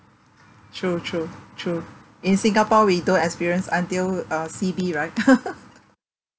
true true true in singapore we don't experience until uh C_B right